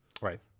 Right